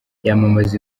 yamamaza